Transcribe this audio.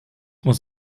muss